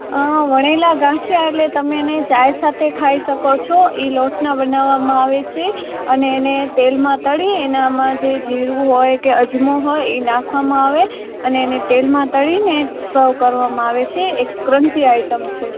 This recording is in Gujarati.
વણેલા ગાંઠીયા એટલે તમે એને ચા સાથે ખાઈ શકો છો ઈ લોટનાં બનાવવામાં આવે છે અને એને તેલમાં તળી એનામાં જે જીરું હોય કે આજમો હોય એ નાખવામાં આવે અને તેને તેલમાં તળીને સર્વ કરવામાં આવે છે એ ક્રંચી આઈટમ છે